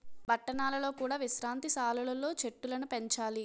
పట్టణాలలో కూడా విశ్రాంతి సాలలు లో చెట్టులను పెంచాలి